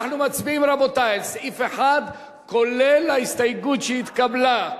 אנחנו מצביעים על סעיף 1, כולל ההסתייגות שהתקבלה.